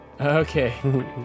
Okay